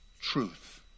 Truth